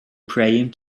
praying